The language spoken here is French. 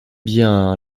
bien